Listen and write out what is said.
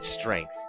strength